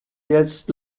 jetzt